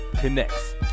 Connects